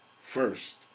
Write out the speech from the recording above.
first